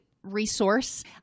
resource